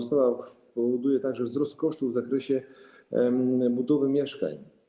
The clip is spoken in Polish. Spowoduje ona także wzrost kosztów w zakresie budowy mieszkań.